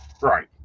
Right